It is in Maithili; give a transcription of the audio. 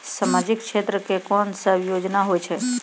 समाजिक क्षेत्र के कोन सब योजना होय छै?